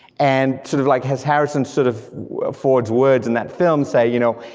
and sort of like as harrison sort of ford's words in that film say, you know,